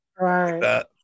Right